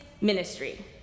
ministry